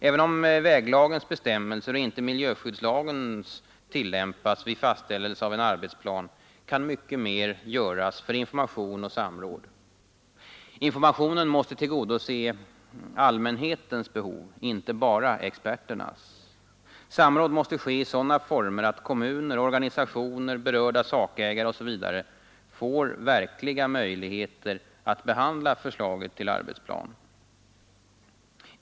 Även om väglagens bestämmelser och inte miljöskyddslagens tillämpas vid fastställelse av en arbetsplan kan mycket mer göras för information och samråd. Informationen måste tillgodose allmänhetens behov, inte bara experternas. Samråd måste ske i sådana former att kommuner, organisationer, berörda sakägare osv. får verkliga möjligheter att behandla förslaget till arbetsplan.